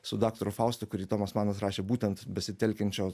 su daktaru faustu kurį tomas manas rašė būtent besitelkiančios